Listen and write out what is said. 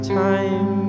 time